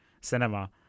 cinema